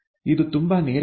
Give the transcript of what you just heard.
ಇದು ತುಂಬಾ ನೇರವಾಗಿದೆ